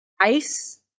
ice